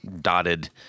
dotted